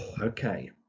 Okay